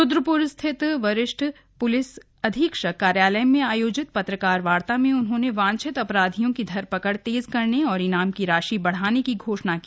रुद्रपुर स्थित वरिष्ठ प्लिस अधीक्षक कार्यालय में आयोजित पत्रकार वार्ता में उन्होंने वांछित अपराधियों की धरपकड़ तेज करने और ईनाम की राशि बढ़ाने की घोषणा की